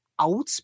out